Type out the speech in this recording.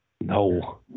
No